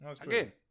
Again